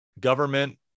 government